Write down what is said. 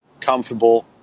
comfortable